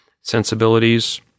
sensibilities